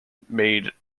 made